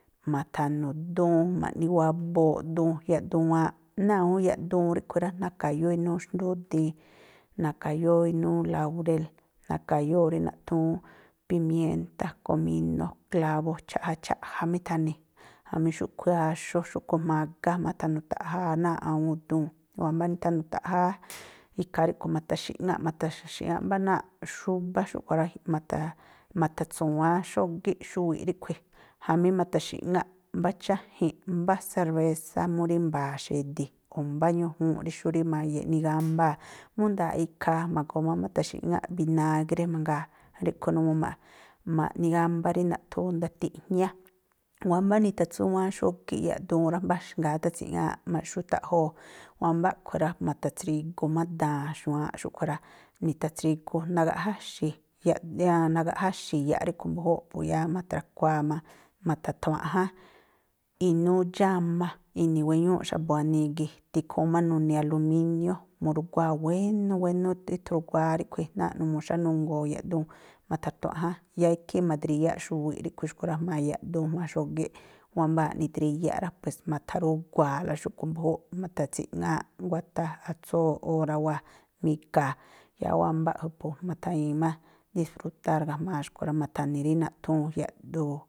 Ma̱tha̱nu̱ duun ma̱ꞌni wabooꞌ, duun yaꞌduwaanꞌ, náa̱ awúún yaꞌduun ríꞌkhui̱ rá, na̱ka̱yóó inúú xndúdii, na̱ka̱yóó inúú laurél, na̱ka̱yóó rí naꞌthúún pimiéntá, komínó, klávó, cháꞌja cháꞌja má ítha̱ni̱, jamí xúꞌkhui̱ áxú, xúꞌkhui̱ mágá, ma̱tha̱nu̱ta̱ꞌjáá náa̱ꞌ awúún duun. Wámbá nithanu̱ta̱ꞌjáá, ikhaa rúꞌkhui̱ ma̱tha̱xi̱ꞌŋáꞌ, ma̱tha̱xi̱ŋáꞌ mbá náa̱ꞌ xúbá xúꞌkhui̱ rá, ma̱tha̱ ma̱tha̱tsu̱wáán xógíꞌ xuwiꞌ ríꞌkhui̱ jamí ma̱tha̱xi̱ꞌŋáꞌ mbá cháji̱nꞌ, mbá serbésá mú rí mba̱a̱ xedi̱, o̱ mbá ñújuunꞌ rí xú rí ma̱ꞌnigámbáa̱. Mú nda̱a̱ꞌ ikhaa, ma̱goo má mi̱tha̱xi̱ꞌŋáꞌ binágré mangaa, ríꞌkhui̱ numuu ma̱ꞌ ma̱ꞌnigámbá rí naꞌthúún ndatiꞌjñá. Wámbá nithatsúwáán xógíꞌ yaꞌduun rá, mbáxngaa átha̱tsi̱ꞌŋááꞌ maxútaꞌjoo. Wámbá a̱ꞌkhui̱ rá, ma̱tha̱tsrigu má ndaa xu̱wáánꞌ xúꞌkhui̱ rá, mi̱tha̱tsrigu nagaꞌjáxi̱ yaꞌ nagaꞌjáxi̱ iyaꞌ ríꞌkhui̱ mbu̱júúꞌ, po yáá ma̱thra̱khuáá má, mata̱thawaꞌján inúú dxáma ini̱ wéñúúꞌ xa̱bu̱ wanii gii̱. Tikhuun má nuni̱ alumínió, muruguáa̱ wénú wénú ítru̱guáá ríꞌkhui̱ náa̱ꞌ numuu xánúngoo yaꞌduun matathuaꞌján, yáá ikhí ma̱dríyáꞌ xuwiꞌ ríꞌkhui̱ xkui̱ rá, jma̱a yaꞌduun jma̱a xógíꞌ. Wámbáa̱ꞌ nidríyá rá, pues ma̱tha̱rugua̱a̱la xúꞌkhui̱ mbu̱júúꞌ, ma̱tha̱tsi̱ꞌŋááꞌ nguáthá, atsú órá wáa̱. Mi̱ga̱a̱, yáá wámbá a̱ꞌkhui̱ po ma̱tha̱ñi̱i má disfrutár ga̱jma̱a xkui̱ rá. Ma̱tha̱ni̱ rí naꞌthúún yaꞌduun.